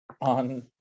on